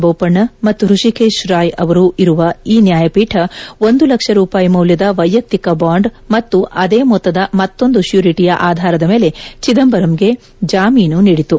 ಬೋಪಣ್ಣ ಮತ್ತು ಹೃಶಿಕೇಶ್ ರಾಯ್ ಅವರೂ ಇರುವ ಈ ನ್ಯಾಯಪೀಠ ಒಂದು ಲಕ್ಷ ರೂಪಾಯಿ ಮೌಲ್ಯದ ವೈಯಕ್ತಿಕ ಬಾಂಡ್ ಮತ್ತು ಅದೇ ಮೊತ್ತದ ಮತ್ತೊಂದು ಶ್ಯೂರಿಟಿಯ ಆಧಾರದ ಮೇಲೆ ಚಿದಂಬರಂಗೆ ಜಾಮೀನು ನೀಡಿತು